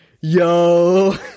Yo